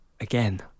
again